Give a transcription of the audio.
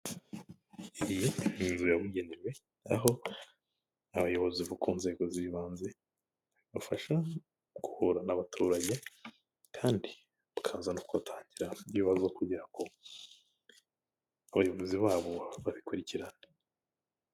Iyi n'inzu yabugenewe, aho abayobozi bo ku nzego z'ibanze, bafasha guhura n'abaturage, kandi bakaza no gutangira ibibazo kugera ngo abayobozi babo babikurikirane.